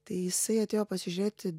tai jisai atėjo pasižiūrėti